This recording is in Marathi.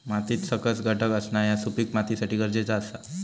मातीत सकस घटक असणा ह्या सुपीक मातीसाठी गरजेचा आसा